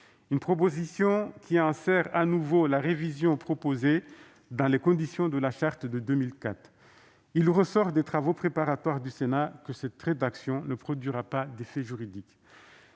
de nouveau inscrire la révision proposée dans le contexte de la Charte de 2004. Or il ressort des travaux préparatoires du Sénat que cette rédaction ne produira pas d'effet juridique.